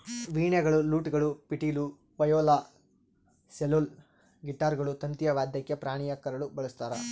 ವೀಣೆಗಳು ಲೂಟ್ಗಳು ಪಿಟೀಲು ವಯೋಲಾ ಸೆಲ್ಲೋಲ್ ಗಿಟಾರ್ಗಳು ತಂತಿಯ ವಾದ್ಯಕ್ಕೆ ಪ್ರಾಣಿಯ ಕರಳು ಬಳಸ್ತಾರ